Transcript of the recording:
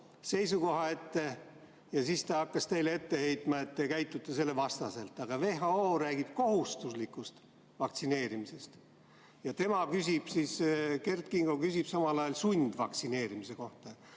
seisukoha ja siis ta hakkas teile ette heitma, et te käitute selle vastaselt. Aga WHO räägib kohustuslikust vaktsineerimisest ja Kert Kingo küsib samal ajal sundvaktsineerimise kohta.